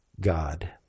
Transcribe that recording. God